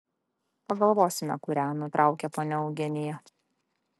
pagalvosime kurią nutraukė ponia eugenija